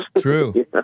true